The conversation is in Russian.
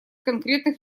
конкретных